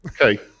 Okay